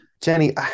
Jenny